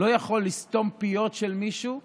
לא יכול לסתום פיות של מישהו ולומר: